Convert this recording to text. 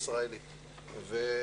כולכם יודעים,